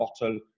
bottle